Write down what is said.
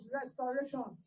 restoration